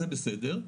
זה בסדר.